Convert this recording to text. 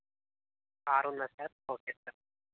car ఉందా sir okay sir